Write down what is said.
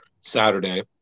Saturday